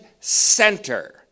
center